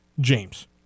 James